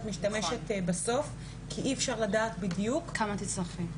משתמשת בסוף כי אי אפשר לדעת בדיוק כמה תצטרכי.